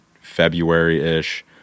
February-ish